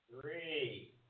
Three